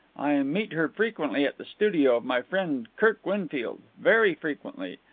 i meet her frequently at the studio of my friend kirk winfield. very frequently.